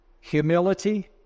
Humility